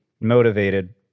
motivated